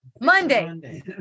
Monday